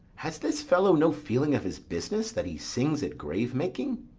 has this fellow no feeling of his business, that he sings at grave-making?